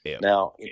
Now